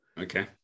Okay